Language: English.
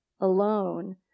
Alone